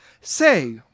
Say